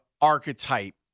archetype